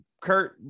Kurt